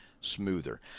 smoother